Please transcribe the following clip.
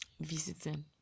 visiting